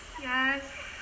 Yes